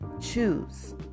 Choose